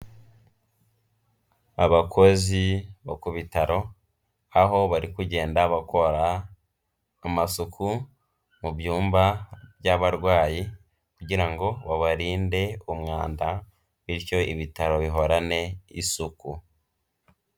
Abakozi bo ku bitaro, aho bari kugenda bakora amasuku mu byumba by'abarwayi kugira ngo babarinde umwanda bityo ibitaro bihorane isuku.